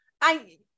I-